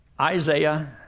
Isaiah